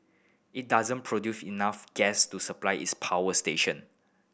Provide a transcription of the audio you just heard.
it doesn't enough gas to supply its power station